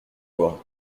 quoi